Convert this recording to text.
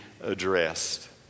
addressed